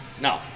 No